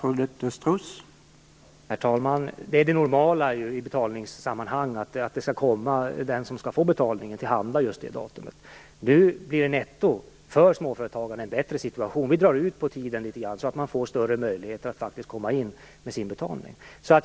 Herr talman! I betalningssammanhang är det normala att betalningen skall vara betalningsmottagaren till handa ett visst datum. Nu blir nettoeffekten en bättre situation för småföretagaren. Vi drar ut litet grand på tiden så att man får större möjlighet att komma in med sin betalning.